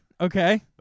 Okay